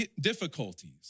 difficulties